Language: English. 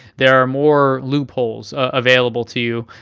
there are more loopholes available to you.